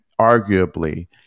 arguably